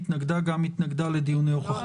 התנגדה גם התנגדה לדיוני הוכחות.